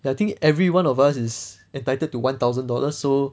ya I think every one of us is entitled to one thousand dollars so